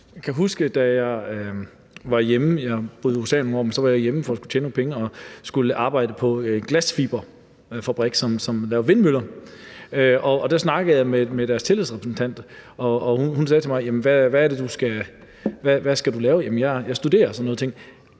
jeg huske, jeg var hjemme for at skulle tjene nogle penge og skulle arbejde på en glasfiberfabrik, som lavede vindmøller, og der snakkede jeg med deres tillidsrepræsentant, og hun spurgte mig, hvad jeg skulle lave. Jeg studerer og sådan nogle ting,